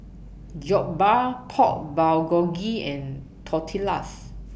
Jokbal Pork Bulgogi and Tortillas